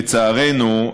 לצערנו,